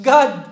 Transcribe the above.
God